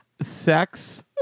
sex